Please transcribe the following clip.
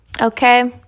okay